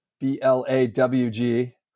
B-L-A-W-G